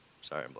sorry